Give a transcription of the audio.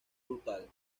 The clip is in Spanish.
brutal